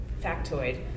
factoid